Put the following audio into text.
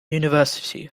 university